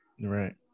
right